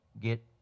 get